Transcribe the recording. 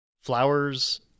flowers